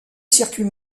circuit